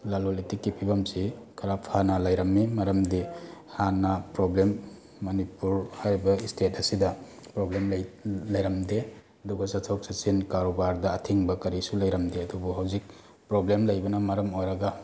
ꯂꯂꯣꯜ ꯏꯇꯤꯛꯀꯤ ꯐꯤꯕꯝꯁꯤ ꯈꯔ ꯐꯅ ꯂꯩꯔꯝꯃꯤ ꯃꯔꯝꯗꯤ ꯍꯥꯟꯅ ꯄ꯭ꯔꯣꯕ꯭ꯂꯦꯝ ꯃꯅꯤꯄꯨꯔ ꯍꯥꯏꯔꯤꯕ ꯏꯁꯇꯦꯠ ꯑꯁꯤꯗ ꯄ꯭ꯔꯣꯕ꯭ꯂꯦꯝ ꯂꯩꯔꯝꯗꯦ ꯑꯗꯨꯒ ꯆꯠꯊꯣꯛ ꯆꯠꯁꯤꯟ ꯀꯔꯕꯥꯔꯗ ꯑꯊꯤꯡꯕ ꯀꯔꯤꯁꯨ ꯂꯩꯔꯝꯗꯦ ꯑꯗꯨꯕꯨ ꯍꯧꯖꯤꯛ ꯄ꯭ꯔꯣꯕ꯭ꯂꯦꯝ ꯂꯩꯕꯅ ꯃꯔꯝ ꯑꯣꯏꯔꯒ